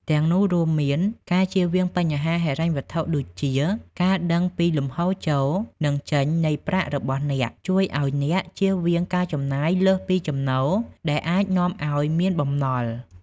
ទាំងនោះរួមមាន ការជៀសវាងបញ្ហាហិរញ្ញវត្ថុដូចជា ការដឹងពីលំហូរចូល និងចេញនៃប្រាក់របស់អ្នក ជួយឱ្យអ្នកជៀសវាងការចំណាយលើសពីចំណូល ដែលអាចនាំឱ្យមានបំណុល។